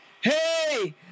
Hey